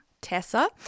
Tessa